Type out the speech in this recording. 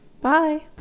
bye